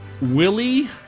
Willie